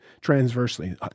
transversely